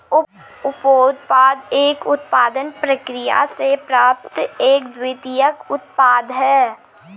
उपोत्पाद एक उत्पादन प्रक्रिया से प्राप्त एक द्वितीयक उत्पाद है